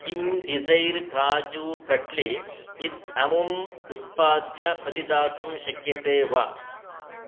किं डिसैर् काजु कट्लि इत्यमुम् उत्पाद्यं प्रतिदातुं शक्यते वा